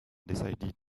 decided